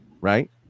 right